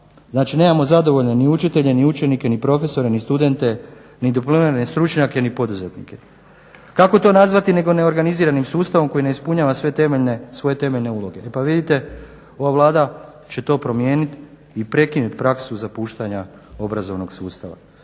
Znači nemamo zadovoljne ni učitelje ni učenike ni profesore ni studente ni diplomirane stručnjake ni poduzetnik. Kako to nazvati nego neorganiziranim sustavom koji ne ispunjava svoje temelje uloge. E pa vidite, ova Vlada će to promijenit i prekinut praksu zapuštanja obrazovnog sustava.